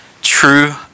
True